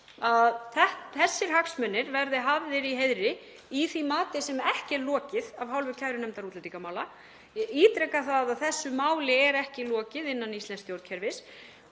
þessir hagsmunir verði hafðir í heiðri í því mati sem ekki er lokið af hálfu kærunefndar útlendingamála. Ég ítreka að þessu máli er ekki lokið innan íslensks stjórnkerfis